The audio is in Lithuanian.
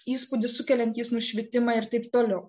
įspūdį sukeliantys nušvitimą ir taip toliau